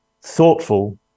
thoughtful